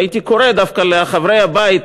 והייתי קורא דווקא לחברי הבית,